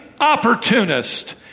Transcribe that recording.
opportunist